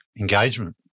engagement